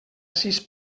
sis